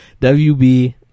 WB